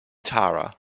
tara